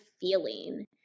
feeling